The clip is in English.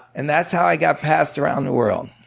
and that's how i got passed around the world.